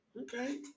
okay